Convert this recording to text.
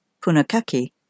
PUNAKAKI